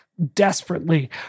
desperately